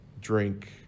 drink